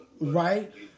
right